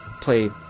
play